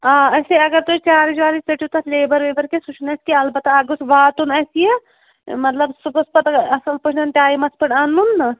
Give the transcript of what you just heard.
آ أسے اگر تُہۍ چارٕج وارٕج ژٔٹِو تَتھ لیبَر ویبَر کینٛہہ سُہ چھُنہٕ اَسہِ کینٛہہ البتہ اکھ گوٚژھ واتُن اَسہِ یہِ مطلب سُہ گوٚژھ پَتہٕ اصٕل پٲٹھۍ ٹایِمس پٮ۪ٹھٕ اَنُن نہ